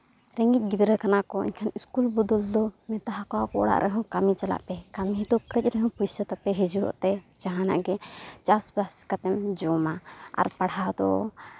ᱨᱮᱸᱜᱮᱡ ᱜᱤᱫᱽᱨᱟᱹ ᱠᱟᱱᱟ ᱠᱚ ᱮᱱᱠᱷᱟᱱ ᱥᱠᱩᱞ ᱵᱚᱫᱚᱞ ᱫᱚ ᱢᱮᱛᱟᱣ ᱟᱠᱚᱣᱟᱠᱚ ᱚᱲᱟᱜ ᱨᱮᱦᱚᱸ ᱠᱟᱹᱢᱤ ᱪᱟᱞᱟᱜ ᱯᱮ ᱠᱟᱹᱢᱤ ᱨᱮᱫᱚ ᱠᱟᱹᱡ ᱨᱮᱦᱚᱸ ᱯᱚᱭᱥᱟ ᱛᱟᱯᱮ ᱦᱤᱡᱩᱜ ᱛᱮ ᱡᱟᱦᱟᱱᱟᱜ ᱜᱮ ᱪᱟᱥᱵᱟᱥ ᱠᱟᱛᱮᱢ ᱡᱚᱢᱟ ᱟᱨ ᱯᱟᱲᱦᱟᱣ ᱫᱚ